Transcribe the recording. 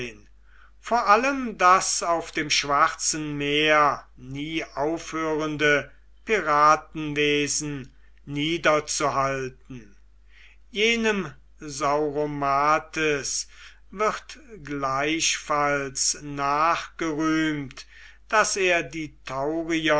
vor allem das auf dem schwarzen meer nie aufhörende piratenwesen niederzuhalten jenem sauromates wird gleichfalls nachgerühmt daß er die